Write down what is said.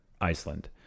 Iceland